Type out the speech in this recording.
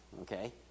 Okay